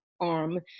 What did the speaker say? Arm